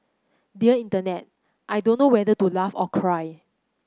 dear Internet I don't know whether to laugh or cry